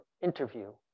interview